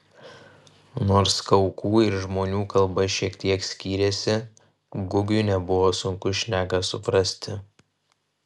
nors kaukų ir žmonių kalba šiek tiek skyrėsi gugiui nebuvo sunku šneką suprasti